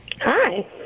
Hi